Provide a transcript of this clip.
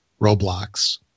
Roblox